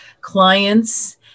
clients